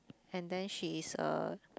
and then she is a